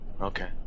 Okay